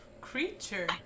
creature